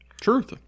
Truth